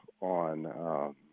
on